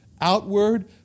outward